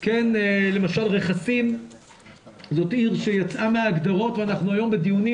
למשל רכסים זאת עיר שיצאה מההגדרות ואנחנו היום בדיונים,